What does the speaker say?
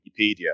Wikipedia